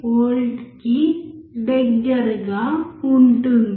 28V కి దగ్గరగా ఉంటుంది